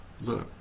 look